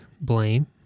blame